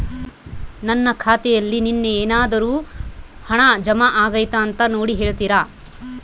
ನನ್ನ ಖಾತೆಯಲ್ಲಿ ನಿನ್ನೆ ಏನಾದರೂ ಹಣ ಜಮಾ ಆಗೈತಾ ಅಂತ ನೋಡಿ ಹೇಳ್ತೇರಾ?